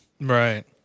Right